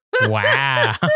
Wow